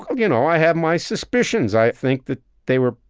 ah you know, i have my suspicions. i think that they were,